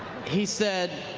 he said